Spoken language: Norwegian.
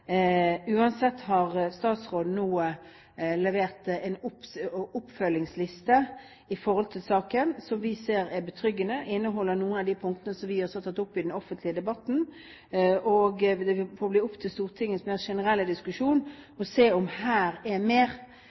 har statsråden nå levert en oppfølgingsliste i saken, som vi ser er betryggende, og som inneholder noen av de punktene som vi også har tatt opp i den offentlige debatten. Det får bli opp til Stortingets mer generelle diskusjon å se om det er mer